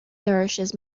nourishes